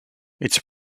its